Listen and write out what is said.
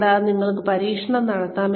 കൂടാതെ നിങ്ങൾക്ക് പരീക്ഷണം നടത്താം